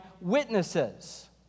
witnesses